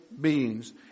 beings